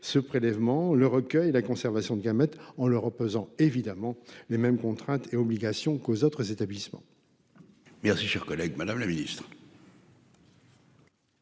ce prélèvement le recueil la conservation diamètre on l'pesant évidemment les mêmes contraintes et obligations qu'aux autres établissements.-- Merci cher collègue. Madame le Ministre.